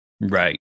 Right